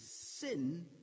sin